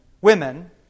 women